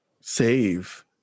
save